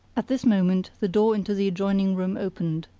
at this moment the door into the adjoining room opened,